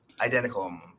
identical